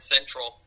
Central